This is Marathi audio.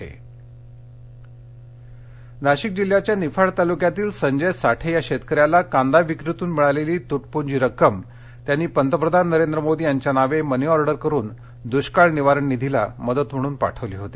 कांदा उत्पादक नाशिक जिल्ह्याच्या निफाड तालुक्यातील संजय साठे या शेतक याला कांदा विक्रीतून मिळालेली तूटपूंजी रक्कम त्यांनी पंतप्रधान नरेंद्र मोदी यांच्या नावे मनीऑर्डर करून पंतप्रधान दुष्काळ निवारण निधीला मदत म्हणून पाठवली होती